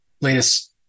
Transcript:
latest